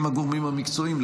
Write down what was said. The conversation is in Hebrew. עם הגורמים המקצועיים,